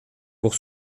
pour